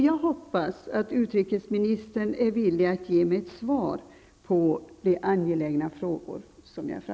Jag hoppas att utrikesministern är villig att ge mig ett svar på de angelägna frågorna.